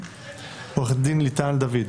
עורכת דין ליטל דוד,